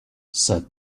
said